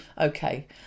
Okay